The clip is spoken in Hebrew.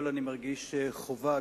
אני מרגיש חובה,